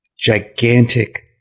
gigantic